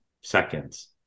seconds